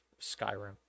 Skyrim